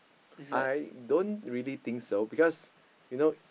I don't really think so because